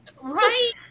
right